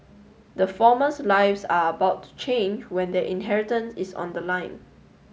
the formers lives are about to change when their inheritance is on the line